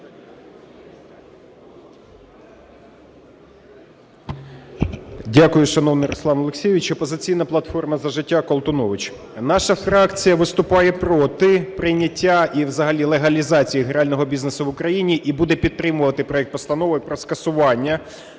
Дякую, шановний Руслан Олексійович. "Опозиційна платформа - За життя", Колтунович. Наша фракція виступає проти прийняття і взагалі легалізації грального бізнесу в Україні, і буде підтримувати проект Постанови про скасування